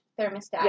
thermostat